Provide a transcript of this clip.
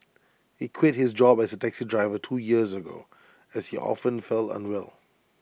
he quit his job as A taxi driver two years ago as he often felt unwell